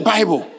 Bible